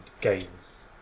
gains